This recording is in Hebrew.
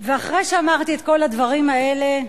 ואחרי שאמרתי את כל הדברים האלה,